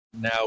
now